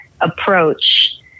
approach